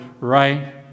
right